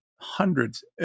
hundreds